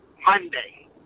Monday